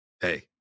Hey